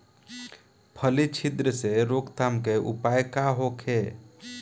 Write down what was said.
फली छिद्र से रोकथाम के उपाय का होखे?